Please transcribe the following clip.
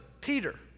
Peter